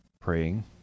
praying